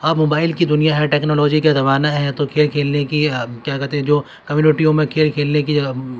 اب موبائل کی دنیا ہے ٹیکنالوجی کا زمانہ ہے تو کھیل کھیلنے کی کیا کہتے جو کمیونٹیوں میں کھیل کھیلنے کی جو